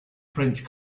french